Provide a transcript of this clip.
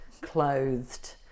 clothed